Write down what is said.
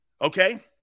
Okay